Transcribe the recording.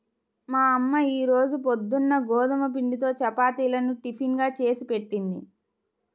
మా అమ్మ ఈ రోజు పొద్దున్న గోధుమ పిండితో చపాతీలను టిఫిన్ గా చేసిపెట్టింది